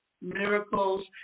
miracles